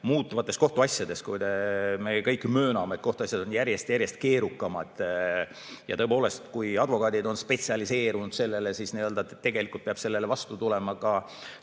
muutuvates kohtuasjades – me kõik mööname, et kohtuasjad on järjest-järjest keerukamad –, tõepoolest, kui advokaadid on spetsialiseerunud, siis peab sellele vastu tulema